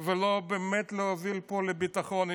ולא באמת להוביל פה לביטחון אישי.